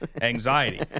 anxiety